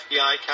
FBI